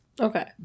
Okay